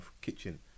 kitchen